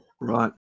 Right